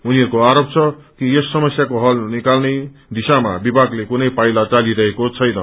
उनीहरूको आरोप छ कि यस समस्याको हल निकाल्ने दिशामा विभागले कुनै पाइला चालिरहेको छैन